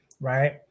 right